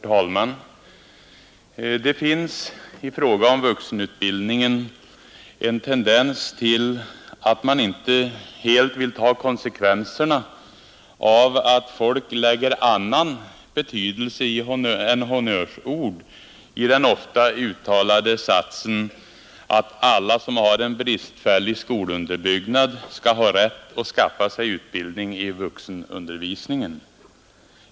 tjänstledighet för Herr talman! Det finns i fråga om vuxenutbildningen en tendens till deltagande i vuxenatt man inte helt vill ta konsekvenserna av att folk lägger annan betydelse — utbildning än honnörsord i den ofta uttalade satsen att ”alla som har en bristfällig skolunderbyggnad skall ha rätt att skaffa sig utbildning i vuxenundervisningen”.